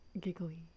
giggly